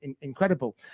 incredible